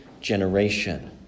generation